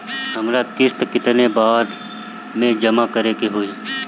हमरा किस्त केतना बार में जमा करे के होई?